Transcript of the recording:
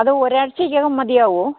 അത് ഒരാഴ്ച്ചക്കകം മതിയാകുമോ